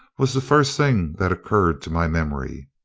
was the first thing that occurred to my memory.